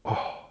oh